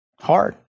Hard